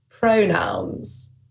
pronouns